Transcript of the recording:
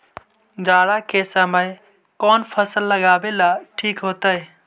जाड़ा के समय कौन फसल लगावेला ठिक होतइ?